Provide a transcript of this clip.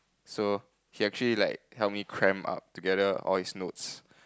so he actually like help me cramp up together all his notes